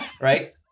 Right